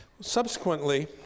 subsequently